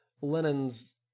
Lenin's